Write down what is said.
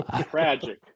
Tragic